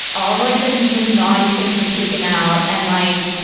all, like, the, the naughty things were taken out, and, like,